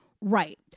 Right